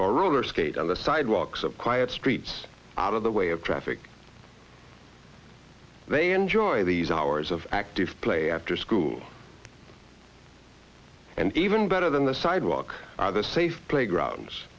or roller skate on the sidewalks of quiet streets out of the way of traffic they enjoy these hours of active play after school and even better than the sidewalk or safe playgrounds